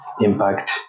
impact